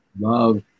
love